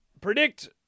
predict